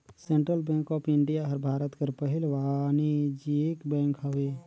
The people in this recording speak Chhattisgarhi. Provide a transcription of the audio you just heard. सेंटरल बेंक ऑफ इंडिया हर भारत कर पहिल वानिज्यिक बेंक हवे